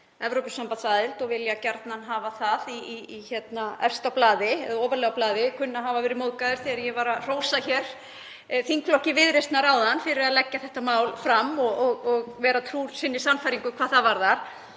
Evrópusambandsaðild og vilja gjarnan hafa það efst á blaði, eða ofarlega á blaði, kunni að hafa verið móðgaðir þegar ég var að hrósa þingflokki Viðreisnar áðan fyrir að leggja þetta mál fram og vera trúr sinni sannfæringu hvað það varðar.